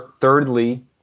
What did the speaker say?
thirdly